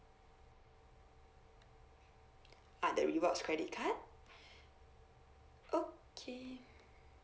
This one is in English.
ah the rewards credit card okay